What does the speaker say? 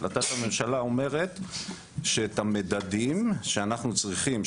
החלטת הממשלה אומרת שאת המדדים שאנחנו צריכים,